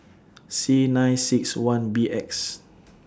C nine six one B X